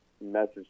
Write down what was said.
message